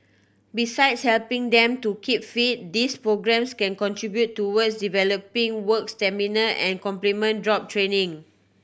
besides helping them to keep fit these programmes can contribute towards developing work stamina and complement job training